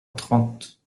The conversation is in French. trente